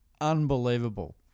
unbelievable